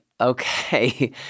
Okay